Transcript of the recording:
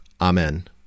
Amen